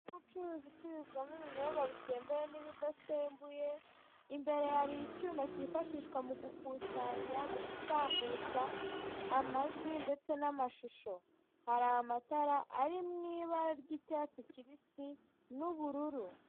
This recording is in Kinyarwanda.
Inzu y'ubucuruzi icururizwamo ibinyobwa bisembuye n'ibidasembuye imbere hari icyuma kifashishwa mu gukusanya, mu gutambutsa amajwi ndetse n'amashusho. Hari amatara ari mu ibara ry'icyatsi kibisi n'ubururu.